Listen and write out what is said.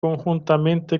conjuntamente